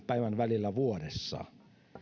päivän välillä vuodessa